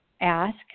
ask